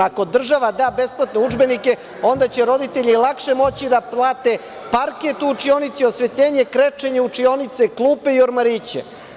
Ako država da besplatne udžbenike, onda će roditelji lakše moći da plate parket u učionici, osvetljenje, krečenje učionice, klupe i ormariće.